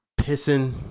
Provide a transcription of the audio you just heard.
pissing